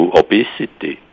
obesity